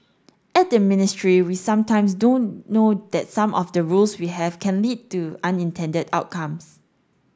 at the ministry we sometimes don't know that some of the rules we have can lead to unintended outcomes